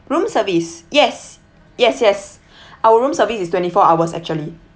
room service yes yes yes our room service is twenty four hours actually